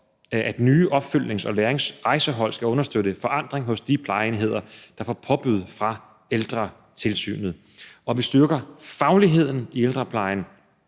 at nye opfølgnings- og læringsrejsehold skal understøtte en forandring hos de plejeenheder, der får påbud fra Ældretilsynet, og vi styrker fagligheden i ældreplejen,